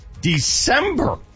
December